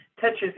touches